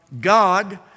God